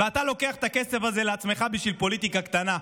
ואתה לוקח את הכסף הזה לעצמך בשביל פוליטיקה קטנה?